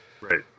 Right